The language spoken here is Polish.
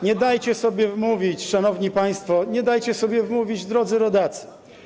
Nie dajcie sobie wmówić, szanowni państwo, nie dajcie sobie wmówić, drodzy rodacy.